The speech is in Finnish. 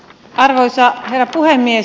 arvoisa herra puhemies